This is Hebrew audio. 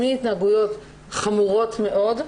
מהתנהגויות חמורות מאוד,